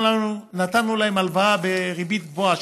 נתנו להן הלוואה בריבית גבוהה,